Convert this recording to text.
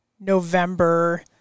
November